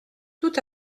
tout